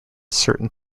certain